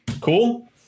Cool